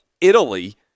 Italy